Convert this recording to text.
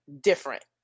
different